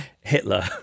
Hitler